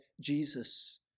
Jesus